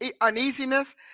uneasiness